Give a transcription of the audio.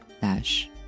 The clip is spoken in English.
dash